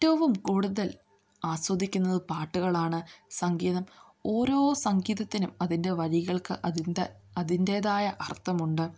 ഏറ്റവും കൂടുതൽ ആസ്വദിക്കുന്നത് പാട്ടുകളാണ് സംഗീതം ഓരോ സംഗീതത്തിനും അതിൻ്റെ വരികൾക്ക് അതിൻ്റെതായ അർത്ഥമുണ്ട്